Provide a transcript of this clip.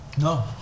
No